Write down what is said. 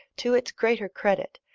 to its greater credit,